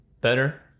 better